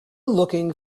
looking